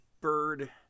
bird